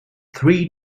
three